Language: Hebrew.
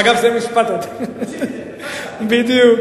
אגב,